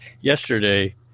yesterday